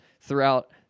throughout